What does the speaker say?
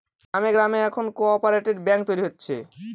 গ্রামে গ্রামে এখন কোঅপ্যারেটিভ ব্যাঙ্ক তৈরী হচ্ছে